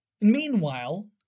Meanwhile